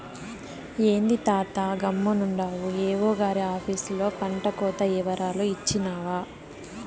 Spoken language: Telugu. ఏంది తాతా గమ్మునుండావు ఏవో గారి ఆపీసులో పంటకోత ఇవరాలు ఇచ్చినావా